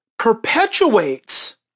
Perpetuates